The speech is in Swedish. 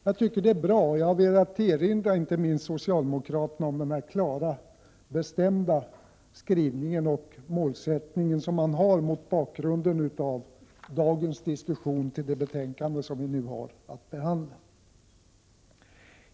Jag tycker att det är bra, och jag har velat erinra inte minst socialdemokraterna om den här klara och bestämda skrivningen och målsättningen som man har, som bakgrund till dagens diskussion om det betänkande vi nu har att behandla.